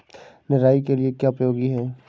निराई के लिए क्या उपयोगी है?